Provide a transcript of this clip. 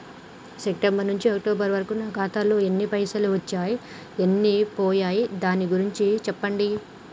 September నుంచి October వరకు నా ఖాతాలో ఎన్ని పైసలు వచ్చినయ్ ఎన్ని పోయినయ్ దాని గురించి చెప్పండి?